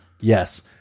Yes